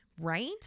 Right